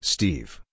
Steve